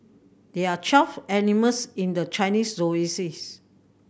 there are twelve animals in the Chinese